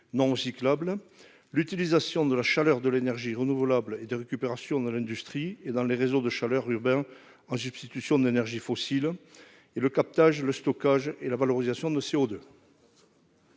non recyclables, l'utilisation de la chaleur de l'énergie renouvelable et de récupération dans l'industrie et dans les réseaux de chaleur urbains en substitution des énergies fossiles, ainsi que le captage, le stockage et la valorisation de CO2.